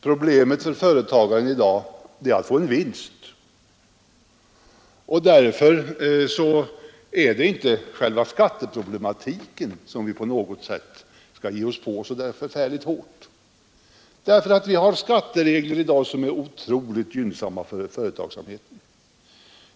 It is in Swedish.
Problemet för företagaren i dag är att få en vinst. Därför är det inte själva skatteproblematiken som vi skall ge oss på så förfärligt hårt. Vi har i dag skatteregler som är otroligt gynnsamma för företagsamheten.